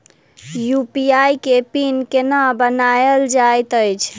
UPI केँ PIN केना बनायल जाइत अछि